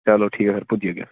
चलो ठीक ऐ फिर पुज्जी जाह्गे